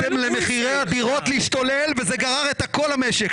נתתם למחירי הדירות להשתולל וזה גרר את כל המשק.